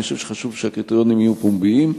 אני חושב שחשוב שהקריטריונים יהיו פומביים.